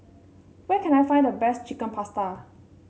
where can I find the best Chicken Pasta